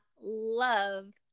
love